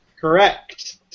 Correct